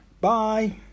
Bye